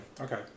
Okay